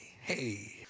hey